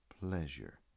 pleasure